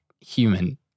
human